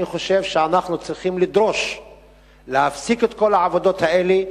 אני חושב שאנחנו צריכים לדרוש להפסיק את כל העבודות האלה,